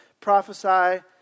prophesy